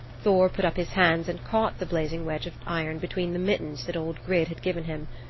thor put up his hands and caught the blazing wedge of iron between the mittens that old grid had given him.